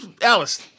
Alice